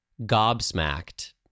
gobsmacked